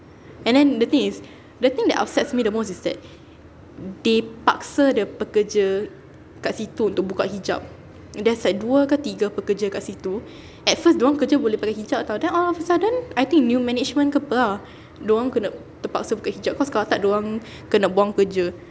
and then the thing is the thing that upsets me the most is that they paksa the pekerja kat situ untuk buka hijab there's like dua ke tiga pekerja kat situ at first dorang kerja boleh pakai hijab [tau] then all of a sudden I think new management ke [pe] ah dorang kena terpaksa buka hijab cause kalau tak dorang kena buang kerja